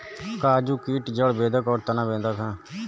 काजू का कीट जड़ बेधक और तना बेधक है